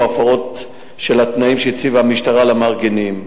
הפרות של התנאים שהציבה המשטרה למארגנים.